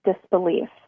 disbelief